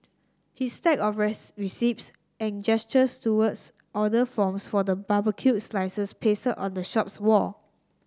his stack of receipts and gestures towards order forms for the barbecued slices pasted on the shop's wall